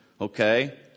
okay